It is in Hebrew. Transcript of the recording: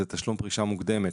זה תשלום פרישה מוקדמת,